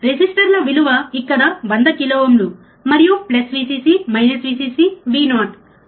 రెసిస్టర్లు విలువ ఇక్కడ 100 k మరియు plus Vcc minus Vcc Vo